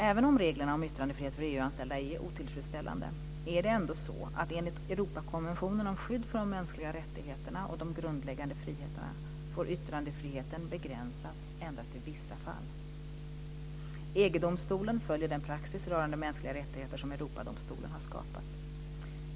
Även om reglerna om yttrandefrihet för EU anställda är otillfredsställande är det ändå så att enligt Europakonventionen om skydd för de mänskliga rättigheterna och de grundläggande friheterna får yttrandefriheten begränsas endast i vissa fall. EG domstolen följer den praxis rörande mänskliga rättigheter som Europadomstolen har skapat.